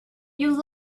you